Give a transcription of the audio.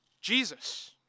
Jesus